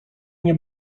nie